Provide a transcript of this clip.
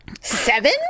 Seven